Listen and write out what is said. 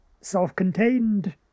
self-contained